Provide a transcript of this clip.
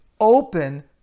open